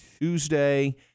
Tuesday